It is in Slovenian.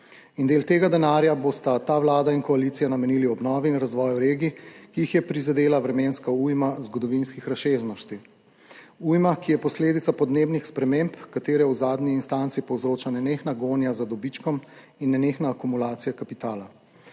del tega denarja bosta ta vlada in koalicija namenili obnovi in razvoju regij, ki jih je prizadela vremenska ujma zgodovinskih razsežnosti – ujma, ki je posledica podnebnih sprememb, katere v zadnji instanci povzroča nenehna gonja za dobičkom in nenehna akumulacija kapitala.